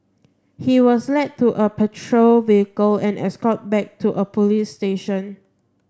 he was led to a patrol vehicle and escorted back to a police station